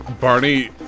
Barney